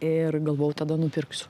ir galvojau tada nupirksiu